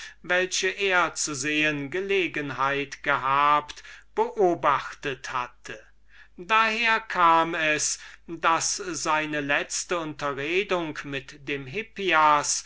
die er zu sehen gelegenheit gehabt beobachtet hatte daher kam es daß seine letzte unterredung mit dem hippias